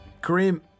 Kareem